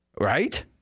Right